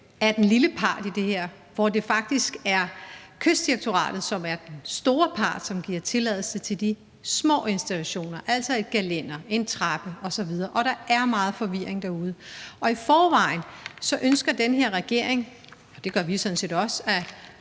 er den lille part i det her, hvor det faktisk er Kystdirektoratet, som er den store part, og som giver tilladelse til de små installationer, altså et gelænder, en trappe osv., og der er meget forvirring derude. Og i forvejen ønsker den her regering – det gør vi sådan set også – at